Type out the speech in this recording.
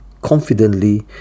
confidently